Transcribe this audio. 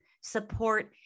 support